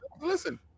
Listen